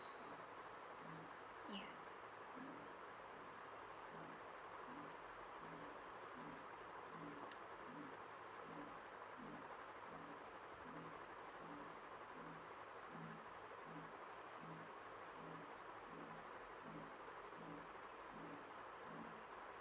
ya